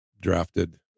drafted